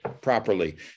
properly